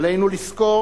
עלינו לזכור